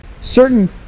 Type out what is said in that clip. certain